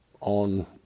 on